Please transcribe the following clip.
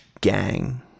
gang